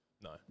No